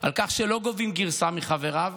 על כך שלא גובים גרסה מחבריו,